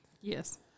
yes